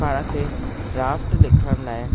पाण खे ड्राफ़्ट लिखण लाइ